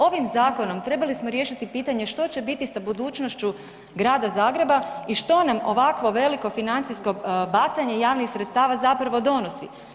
Ovim zakonom trebali smo riješiti pitanje što će biti sa budućnošću Grada Zagreba i što nam ovakvo veliko financijsko bacanje javnih sredstava zapravo donosi?